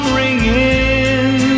ringing